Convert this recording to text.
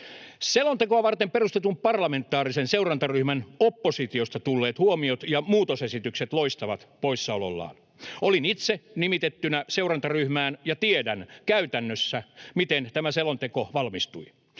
Selontekoa varten perustetun parlamentaarisen seurantaryhmän oppositiosta tulleet huomiot ja muutosesitykset loistavat poissaolollaan. Olin itse nimitettynä seurantaryhmään, ja tiedän käytännössä, miten tämä selonteko valmistui.